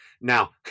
now